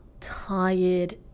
tired